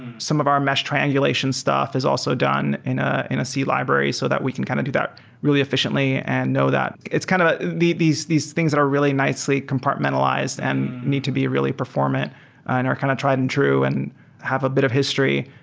some of our mesh triangulation stuff is also done in ah in a c library, so that we can kind of do that really efficiently and know that. it's kind of ah these these things that are really nicely compartmentalized and need to be really performant and are kind of tried-and-true and have a bit of history.